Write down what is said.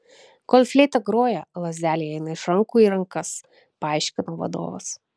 kol fleita groja lazdelė eina iš rankų į rankas paaiškino vadovas